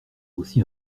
aussi